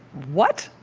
what?